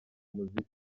muziki